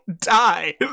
die